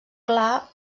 clar